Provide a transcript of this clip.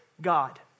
God